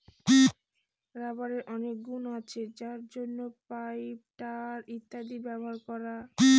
রাবারের অনেক গুন আছে যার জন্য পাইপ, টায়ার ইত্যাদিতে ব্যবহার হয়